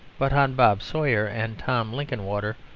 but on bob sawyer and tim linkinwater,